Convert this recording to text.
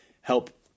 help